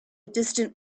distant